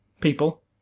people